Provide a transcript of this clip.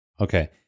Okay